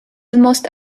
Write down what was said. almost